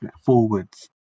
forwards